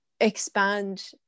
expand